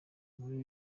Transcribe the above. inkuru